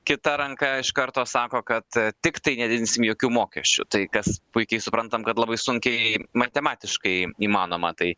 kita ranka iš karto sako kad tiktai nedidinsim jokių mokesčių tai kas puikiai suprantam kad labai sunkiai matematiškai įmanoma tai